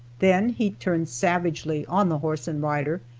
then he turned savagely on the horse and rider,